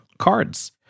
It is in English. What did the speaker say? cards